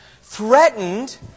threatened